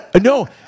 No